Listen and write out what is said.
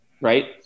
right